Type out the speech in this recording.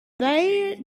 they